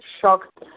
shocked